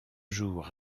jours